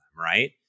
Right